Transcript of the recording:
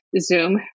Zoom